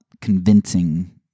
convincing